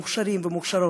מוכשרים ומוכשרות,